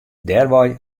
dêrwei